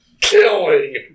Killing